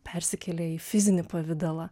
persikėlė į fizinį pavidalą